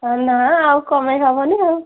ନା ଆଉ କମେଇ ହେବନି ଆଉ